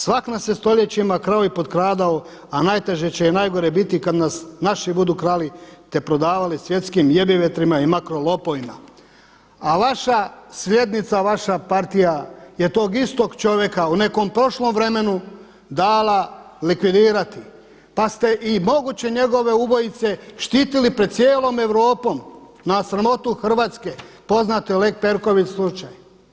Svak nas je stoljećima krao i potkradao, a najteže će i najgore biti kada nas naši budu krali te prodavali svjetskim jebivjetrima i makrolopovima.“ A vaša sljednica, vaša partija je tog istog čovjeka u nekom prošlom vremenu dala likvidirati, pa ste i moguće njegove ubojice štitili pred cijelom Europom na sramotu Hrvatske poznate Lex Perković slučaj.